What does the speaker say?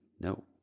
No